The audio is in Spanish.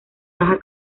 baja